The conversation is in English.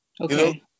Okay